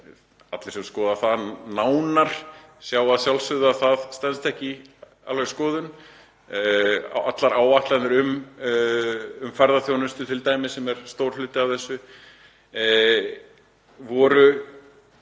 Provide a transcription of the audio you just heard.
Allir sem skoða það nánar sjá að sjálfsögðu að það stenst ekki alveg skoðun. Allar áætlanir um ferðaþjónustu t.d. sem er stór hluti af þessu fóru